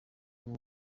b’u